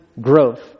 growth